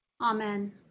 Amen